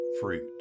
fruit